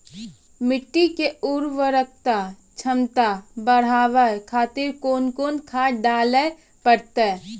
मिट्टी के उर्वरक छमता बढबय खातिर कोंन कोंन खाद डाले परतै?